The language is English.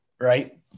Right